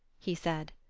he said.